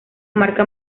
marca